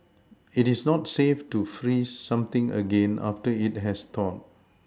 it is not safe to freeze something again after it has thawed